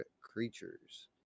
creatures